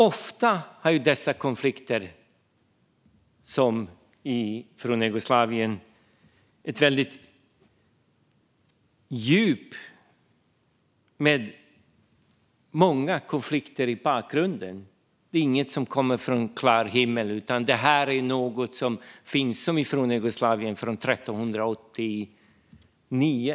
Ofta finns i dessa stridigheter, som den i Jugoslavien, djupgående konflikter i bakgrunden. De har inte uppstått som en blixt från en klar himmel, utan de har funnits i Jugoslavien sedan 1389.